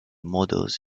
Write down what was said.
models